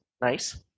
Nice